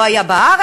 שלא היה בארץ,